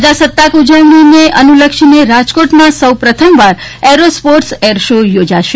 પ્રજાસ્તાક ઉજવણીને અનુલક્ષીને રાજકોટમાં સૌ પ્રથમ વાર એરોસ્પોટ્સ એર શો યોજાશે